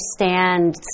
understand